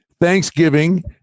Thanksgiving